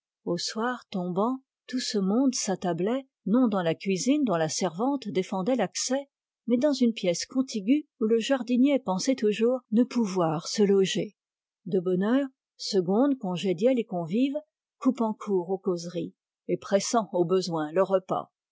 au soir tombant tout ce monde s'attablait non dans la cuisine dont la servante défendait l'accès mais dans une pièce contiguë où le jardinierpensaittoujours ne pouvoir se loger de bonne heure segonde congédiait les convives coupant court aux causeries et pressant au besoin le repas